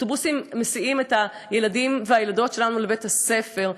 אוטובוסים מסיעים את הילדים והילדות שלנו לבית-הספר,